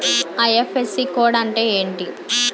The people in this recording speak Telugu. ఐ.ఫ్.ఎస్.సి కోడ్ అంటే ఏంటి?